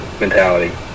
mentality